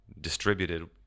distributed